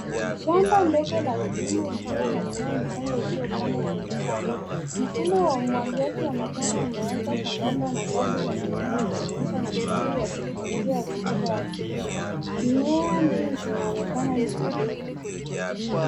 Shamba ndogo la kilimo likiwa na mimea michanga iliyopandwa kwenye safu. Mfumo wa umwagiliaji wa matone umewekwa sambamba na safu za mimea ikionyesha matumizi ya teknolojia ya kisasa ya kilimo. Mimea mingi inaonekana ni midogo.